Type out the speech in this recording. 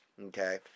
okay